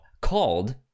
called